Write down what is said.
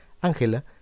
Ángela